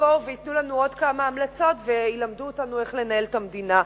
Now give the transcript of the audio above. שיבואו וייתנו לנו עוד כמה המלצות וילמדו אותנו איך לנהל את המדינה.